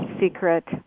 secret